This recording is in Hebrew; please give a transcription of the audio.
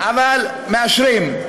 אבל מאשרים.